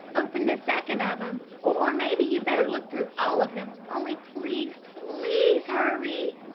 open the second of em. or maybe you'd better look through all of them. only please. please hurry!